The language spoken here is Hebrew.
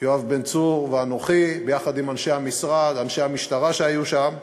יואב בן צור ואנוכי ביחד עם אנשי המשרד ואנשי המשטרה שהיו שם,